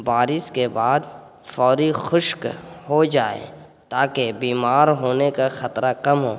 بارش کے بعد فوری خشک ہو جائیں تاکہ بیمار ہونے کا خطرہ کم ہو